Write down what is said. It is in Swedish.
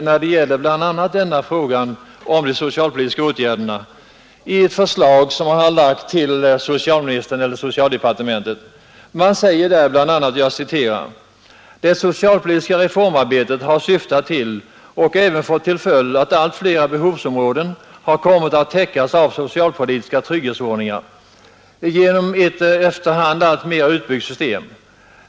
Beträffande frågan om de socialpolitiska åtgärderna har arbetsgruppen i en framställning till socialministern framhållit bl.a.: ”Det socialpolitiska reformarbetet har syftat till och även fått till följd att allt flera behovsområden har kommit att täc trygghetsanordningar genom ett efterhand allt mera utbyggt system.